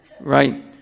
right